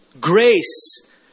grace